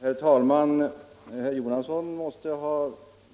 Herr talman! Herr Jonasson måste ha